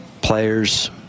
players